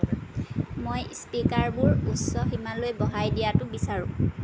মই স্পীকাৰবোৰ উচ্চ সীমালৈ বঢ়াই দিয়াটো বিচাৰোঁ